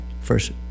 first